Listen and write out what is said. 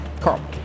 Carl